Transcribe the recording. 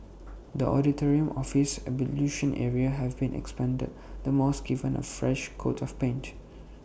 the auditorium office and ablution area have been expanded and the mosque given A fresh coat of paint